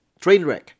Trainwreck